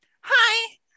Hi